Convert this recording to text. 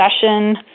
session